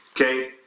okay